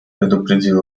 предупредил